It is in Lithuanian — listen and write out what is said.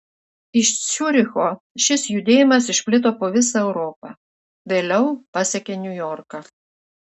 iš ciuricho šis judėjimas išplito po visą europą vėliau pasiekė niujorką